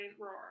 roar